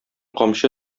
камчы